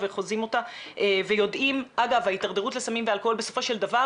בעוד חודשיים או שלושה שוב לדון בנושא הזה,